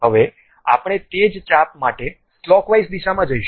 હવે આપણે તે જ ચાપ માટે ક્લોકવાઇઝ દિશામાં જઈશું